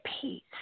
peace